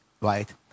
right